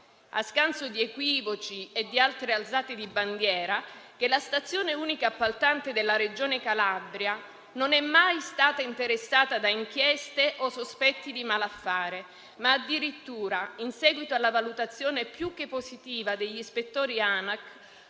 a scanso di equivoci e di altre alzate di bandiera, che la stazione unica appaltante (SUA) della Regione Calabria non è mai stata interessata da inchieste o sospetti di malaffare, ma addirittura, in seguito alla valutazione più che positiva degli ispettori ANAC,